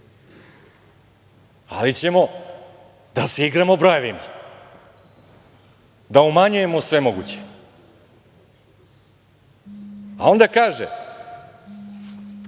Ali ćemo da se igramo brojevima, da umanjujemo sve moguće. A, onda kaže